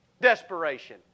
Desperation